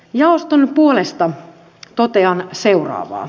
jaoston puolesta totean seuraavaa